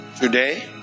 today